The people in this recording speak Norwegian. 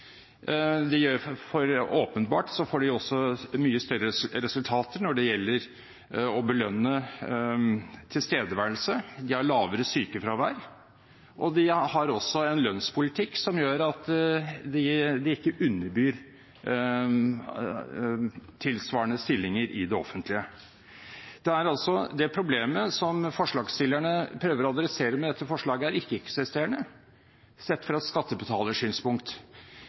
får også åpenbart mye større resultater når det gjelder å belønne tilstedeværelse, de har lavere sykefravær, og de har også en lønnspolitikk som gjør at de ikke underbyr tilsvarende stillinger i det offentlige. Det problemet som forslagsstillerne prøver å adressere med dette forslaget, er ikke-eksisterende, sett fra et skattebetalersynspunkt,